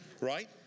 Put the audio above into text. right